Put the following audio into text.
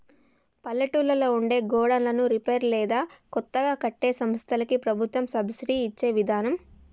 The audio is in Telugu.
పల్లెటూళ్లలో ఉండే గోడన్లను రిపేర్ లేదా కొత్తగా కట్టే సంస్థలకి ప్రభుత్వం సబ్సిడి ఇచ్చే విదానం